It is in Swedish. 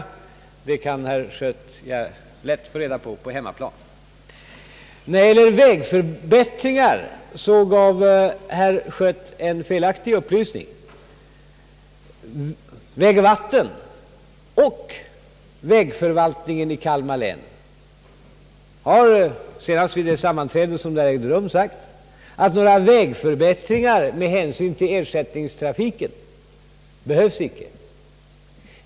Det kan herr Schött lätt få bekräftat på hemmaplan. Vad beträffar vägförbättringarna gav herr Schött en felaktig upplysning. Både vägoch vattenbyggnadsstyrelsen och vägförvaltningen i Kalmar län har sagt — senast vid det nämnda sammanträdet — att några vägförbättringar med hänsyn till ersättningstrafiken inte behövs.